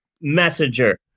messenger